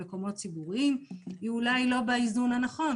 במקומות ציבוריים היא אולי לא באיזון הנכון,